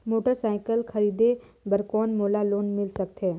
Motorcycle खरीदे बर कौन मोला लोन मिल सकथे?